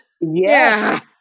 Yes